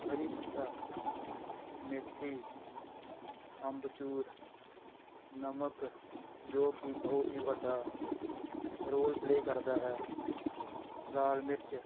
ਕੜੀ ਪੱਤਾ ਮੇਥੀ ਅੰਬਚੂਰ ਨਮਕ ਜੋ ਕਿ ਬਹੁਤ ਹੀ ਵੱਡਾ ਰੋਲ ਪਲੇਅ ਕਰਦਾ ਹੈ ਲਾਲ ਮਿਰਚ